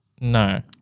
No